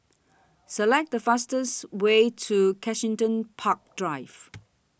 Select The fastest Way to Kensington Park Drive